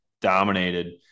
dominated